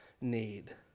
need